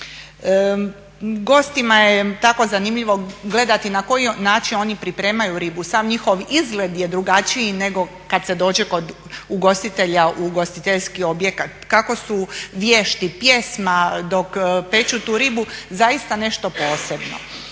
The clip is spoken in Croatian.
Gostima je tako zanimljivo gledati na koji način oni pripremaju ribu, sam njihov izgled je drugačiji nego kad se dođe kod ugostitelja u ugostiteljski objekat, kako su vješti, pjesma dok peku tu ribu. Zaista je nešto posebno.